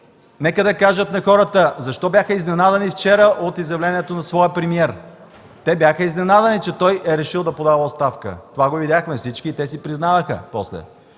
Нека да кажат на хората защо бяха изненадани вчера от изявлението на своя премиер? Те бяха изненадани, че той е решил да подава оставка. Това го видяхме всички и те си признаха после.